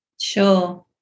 Sure